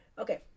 Okay